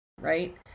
right